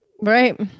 Right